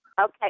Okay